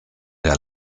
der